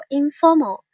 informal